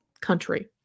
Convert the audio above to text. country